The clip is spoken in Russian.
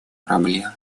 проблем